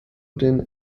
den